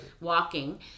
walking